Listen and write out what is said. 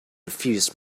refused